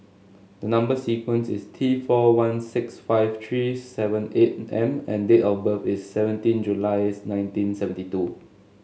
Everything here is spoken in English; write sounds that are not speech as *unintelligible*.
the number sequence is T four one six five three seven eight M and date of birth is seventeen *unintelligible* nineteen seventy two